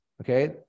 okay